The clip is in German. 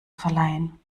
verleihen